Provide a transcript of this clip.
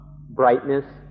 brightness